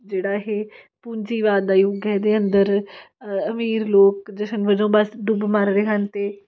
ਜਿਹੜਾ ਇਹ ਪੂੰਜੀਵਾਦ ਦਾ ਯੁੱਗ ਹੈ ਇਹਦੇ ਅੰਦਰ ਅਮੀਰ ਲੋਕ ਜਸ਼ਨ ਵਜੋਂ ਬਸ ਡੁੱਬ ਮਰ ਰਹੇ ਹਨ ਅਤੇ